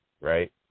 right